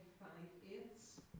five-eighths